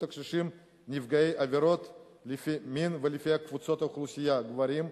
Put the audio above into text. הקשישים נפגעי עבירות לפי מין ולפי קבוצות האוכלוסייה: גברים,